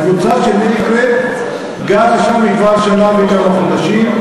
הקבוצה של אקרית גרה שם כבר שנה וכמה חודשים,